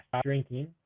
drinking